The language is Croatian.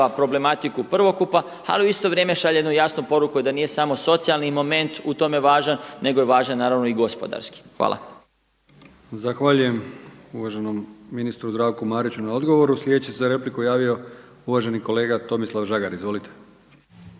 problematiku prvokupa, ali u isto vrijeme šalje jednu jasnu poruku da nije samo socijalni moment u tome važan, nego je važan naravno i gospodarski. Hvala. **Brkić, Milijan (HDZ)** Zahvaljujem uvaženom ministru Zdravku Mariću na odgovoru. Sljedeći se za repliku javio uvaženi kolega Tomislav Žagar. Izvolite.